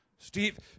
Steve